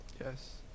Yes